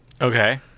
okay